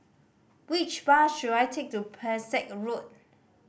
which bus should I take to Pesek Road